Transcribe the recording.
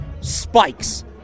spikes